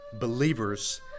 believers